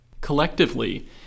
Collectively